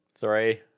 Three